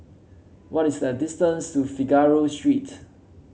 what is the distance to Figaro Street